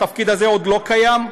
התפקיד הזה עוד לא קיים.